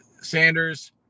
Sanders